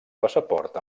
passaport